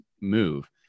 move